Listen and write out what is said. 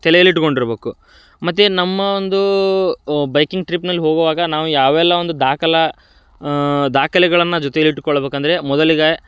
ತೆಲೆಲಿ ಇಟ್ಗೊಂಡಿರ್ಬೇಕು ಮತ್ತು ನಮ್ಮ ಒಂದು ಬೈಕಿಂಗ್ ಟ್ರಿಪ್ನಲ್ಲಿ ಹೋಗುವಾಗ ನಾವು ಯಾವೆಲ್ಲ ಒಂದು ದಾಖಲೆ ದಾಖಲೆಗಳನ್ನು ಜೊತೆಯಲ್ಲಿಟ್ಕೊಳ್ಬೇಕಂದ್ರೆ ಮೊದಲಿಗೆ